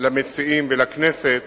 למציעים ולכנסת